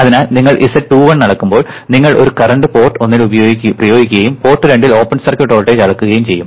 അതിനാൽ നിങ്ങൾ z21 അളക്കുമ്പോൾ നിങ്ങൾ ഒരു കറന്റ് പോർട്ട് ഒന്ന്ൽ പ്രയോഗിക്കുകയും പോർട്ട് രണ്ടിൽ ഓപ്പൺ സർക്യൂട്ട് വോൾട്ടേജ് അളക്കുകയും ചെയ്യും